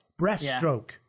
Breaststroke